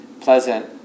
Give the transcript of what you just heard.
pleasant